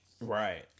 Right